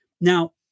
Now